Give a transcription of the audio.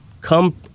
come